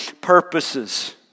purposes